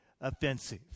offensive